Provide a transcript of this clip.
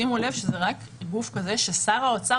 שימו לב שזה רק גוף כזה זה ששר האוצר